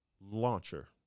launcher